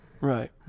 Right